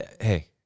hey